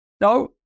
no